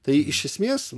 tai iš esmės